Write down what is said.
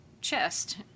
chest